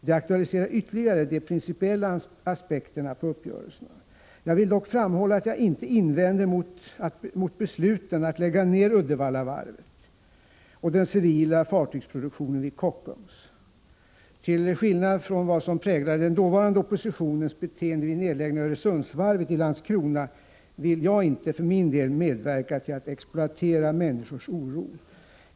Det aktualiserar ytterligare de principiella aspekterna på uppgörelsen. Jag vill dock framhålla att jag inte invänder mot beslutet att lägga ned Uddevallavarvet och den civila fartygsproduktionen vid Kockums. Till skillnad från vad som präglade den dåvarande oppositionens beteende vid nedläggningen av Öresundsvarvet i Landskrona vill jag inte för min del medverka till att exploatera människors oro.